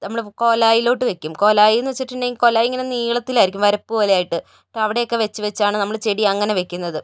നമ്മൾ കോലായിലോട്ടു വെയ്ക്കും കോലായീന്ന് വെച്ചിട്ടുണ്ടെങ്കിൽ കോലായി ഇങ്ങനെ നീളത്തിലായിരിക്കും വരപ്പ് പോലെ ആയിട്ട് അപ്പോൾ അവിടെയൊക്കെ വച്ച് വച്ചാണ് നമ്മൾ ചെടി അങ്ങനെ വയ്ക്കുന്നത്